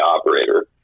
operator